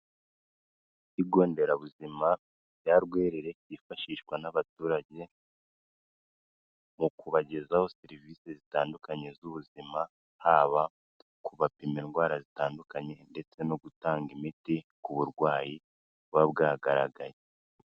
Ibigo nderabuzima ya rwerere ryifashishwa n'abaturage mu kubagezaho serivisi zitandukanye z'ubuzima haba ku bapima indwara zitandukanye, ndetse no gutanga imiti ku burwayi buba bwagaragaye.